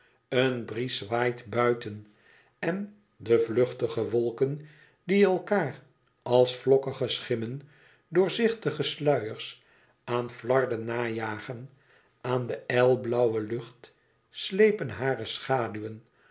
een bries waait buiten en de vluchtige wolken die elkaâr als vlokkige schimmen doorzichtige sluiers aan flarden najagen aan de ijlblauwe lucht sleepen hare schaduwen